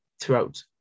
throughout